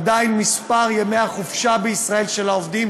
עדיין מספר ימי החופשה של העובדים